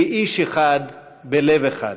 "כאיש אחד בלב אחד".